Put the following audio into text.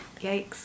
Yikes